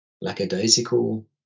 lackadaisical